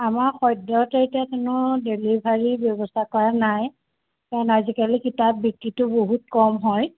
আমাৰ সদ্যহতে এতিয়া তেনেকুৱা ডেলিভাৰীৰ ব্যৱস্থা কৰা নাই কাৰণ আজিকালি কিতাপ বিক্ৰীটো বহুত কম হয়